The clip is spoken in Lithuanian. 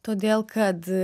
todėl kad